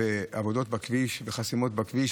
בו-זמנית כמה עבודות במקטעים שונים לאורך הכביש,